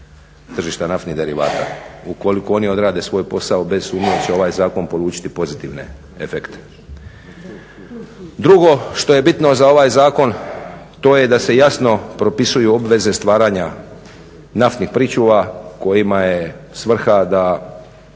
tržišta naftnih derivata. Ukoliko oni odrade svoj posao bez sumnje će ovaj zakon polučiti pozitivne efekte. Drugo što je bitno za ovaj zakon to je da se jasno propisuju obveze stvaranja naftnih pričuva kojima je svrha da